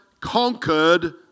conquered